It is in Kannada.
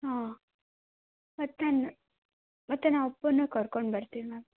ಹಾಂ ಮತ್ತೆ ನಾ ಮತ್ತೆ ನಾ ಅಪ್ಪನ್ನು ಕರ್ಕೊಂಡು ಬರ್ತೀನಿ ಮ್ಯಾಮ್